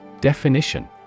Definition